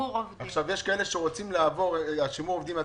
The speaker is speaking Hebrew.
יש כאלה שרוצים לעבור לשימור עובדים אבל